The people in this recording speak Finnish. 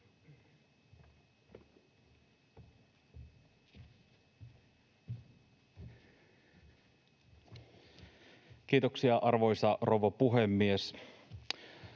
Lopuksi, arvoisa rouva puhemies: